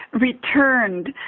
returned